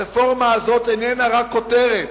הרפורמה הזאת איננה רק כותרת.